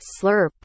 Slurp